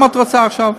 למה את רוצה עכשיו?